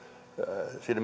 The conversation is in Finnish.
siinä